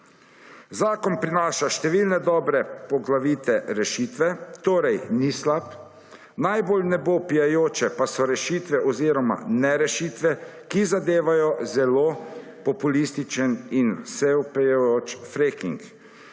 Zakon prinaša številne dobre poglavitne rešitve torej ni slab. Najbolj v nebo vpijajoče pa so rešitve oziroma ne rešitve, ki zadevajo zelo populističen in vse vpijajoč freaking.